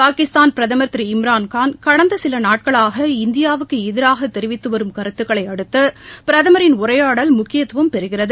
பாகிஸ்தான் பிரதமர் திரு இம்ரான்கான் கடந்தசிலநாட்களாக இந்தியாவுக்குஎதிராகதெரிவித்துவரும் கருத்துக்களைஅடுத்து பிரதமரின் உரையாடல் முக்கியத்துவம் பெறுகிறது